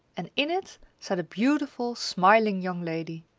and in it sat a beautiful, smiling young lady.